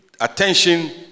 attention